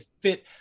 fit